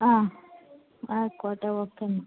ആ ആയിക്കോട്ടെ ഓക്കെ എന്നാല്